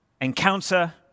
encounter